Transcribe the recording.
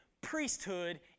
Priesthood